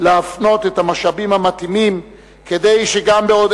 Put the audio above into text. להפנות את המשאבים המתאימים כדי שגם בעוד